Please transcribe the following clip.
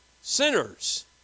sinners